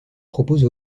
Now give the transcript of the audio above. propose